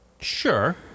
Sure